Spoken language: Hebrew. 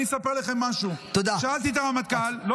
אני אספר לכם משהו: שאלתי את הרמטכ"ל --- תודה.